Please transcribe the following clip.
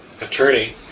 attorney